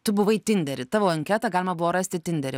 tu buvai tindery tavo anketą galima buvo rasti tindery